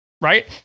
Right